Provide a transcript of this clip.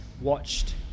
watched